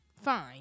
fine